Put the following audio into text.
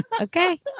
Okay